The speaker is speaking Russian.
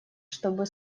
чтобы